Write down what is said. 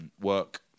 work